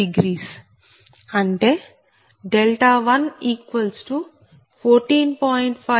5అంటే 114